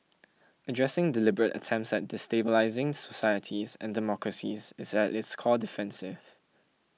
addressing deliberate attempts at destabilising societies and democracies is at its core defensive